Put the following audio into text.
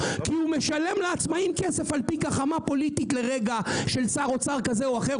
כי הוא משלם לעצמאים כסף על פי גחמה פוליטית של שר אוצר כזה או אחר.